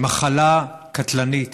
היא מחלה קטלנית,